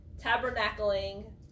tabernacling